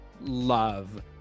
love